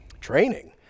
Training